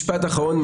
משפט אחרון.